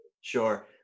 Sure